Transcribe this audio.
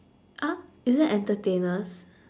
ah is it entertainers